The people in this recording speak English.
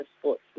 sports